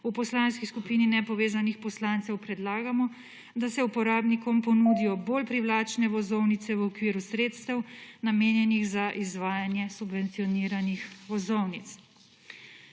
v Poslanski skupini Nepovezanih poslancev predlagamo, da se uporabnikom ponudijo bolj privlačne vozovnice v okviru sredstev namenjenih za izvajaje subvencioniranih vozovnic.